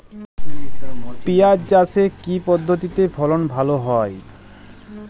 পিঁয়াজ চাষে কি পদ্ধতিতে ফলন ভালো হয়?